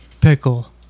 Pickle